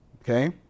okay